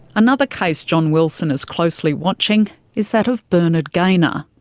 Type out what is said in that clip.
another case john wilson is closely watching is that of bernard gaynor.